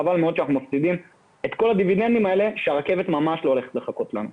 חבל שאנחנו מפסידים את כל זה והרכבת ממש לא הולכת לחכות לנו.